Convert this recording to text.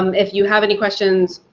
um if you have any questions